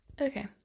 Okay